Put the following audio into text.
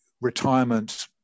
retirement